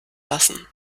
lassen